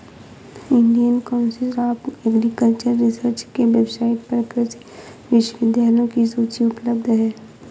Indian Council of Agricultural Research के website पर कृषि विश्वविद्यालयों की सूची उपलब्ध है